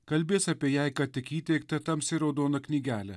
kalbės apie jai ką tik įteiktą tamsiai raudoną knygelę